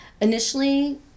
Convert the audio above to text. initially